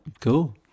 cool